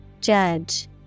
Judge